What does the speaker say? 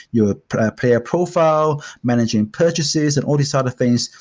your player profile, managing purchases and all these other things.